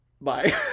bye